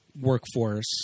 workforce